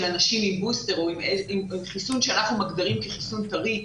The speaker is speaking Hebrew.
אנשים עם בוסטר או עם חיסון שאנחנו מגדירים כחיסון טרי,